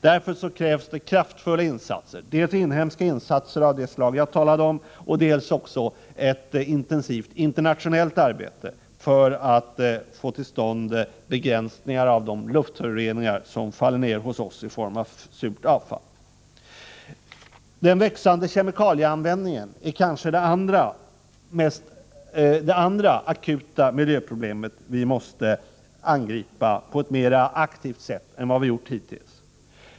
Därför krävs det kraftfulla insatser, dels inhemska av det slag jag talade om, dels ett intensivt internationellt arbete för att få till stånd begränsning av de luftföroreningar som faller ned hos oss i form av surt avfall. Den växande kemikalieanvändningen är kanske det andra akuta miljöproblem vi måste angripa på ett mera aktivt sätt än vi gjort hittills.